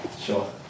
Sure